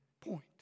point